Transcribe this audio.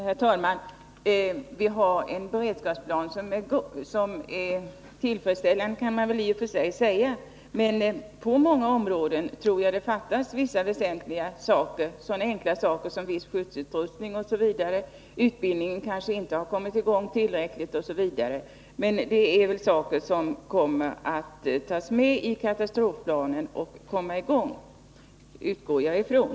Herr talman! Vi har en beredskapsplan som man i och för sig kan säga är tillfredsställande. Men på många områden tror jag det fattas vissa väsentliga saker, sådana enkla saker som viss skyddsutrustning och viss utbildning kanske inte kommit i gång tillräckligt. Men det är väl frågor som kommer att tas med i katastrofplanen.